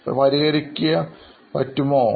ഇവ പരിഹരിക്കുകയാണ്ല്ലോ